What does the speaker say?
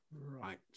Right